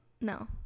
no